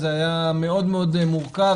זה היה מאוד מורכב.